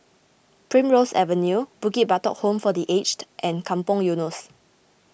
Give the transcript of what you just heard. Primrose Avenue Bukit Batok Home for the Aged and Kampong Eunos